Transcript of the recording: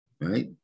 right